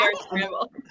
scramble